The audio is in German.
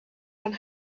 von